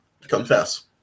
confess